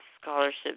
scholarships